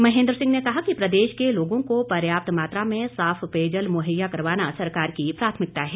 महेन्द्र सिंह ने कहा कि प्रदेश के लोगों को पर्याप्त मात्रा में साफ पेयजल मुहैया करवाना सरकार की प्राथमिकता है